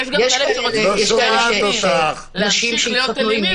אני חושבת שצריך למצוא את הדרכים לפתור את זה,